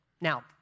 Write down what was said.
Now